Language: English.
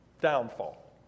downfall